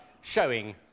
showing